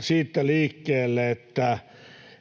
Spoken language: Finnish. siitä liikkeelle, kuinka